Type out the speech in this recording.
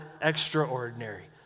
extraordinary